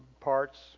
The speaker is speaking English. parts